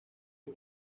had